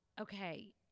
Okay